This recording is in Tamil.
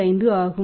55 ஆகும்